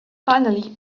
finally